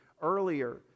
earlier